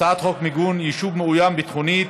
הצעת חוק מיגון יישוב מאוים ביטחונית,